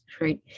right